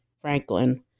Franklin